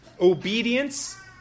Obedience